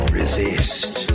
resist